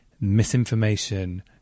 misinformation